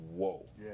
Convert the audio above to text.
whoa